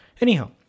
Anyhow